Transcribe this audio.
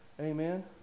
Amen